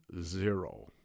zero